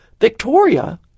Victoria